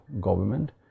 government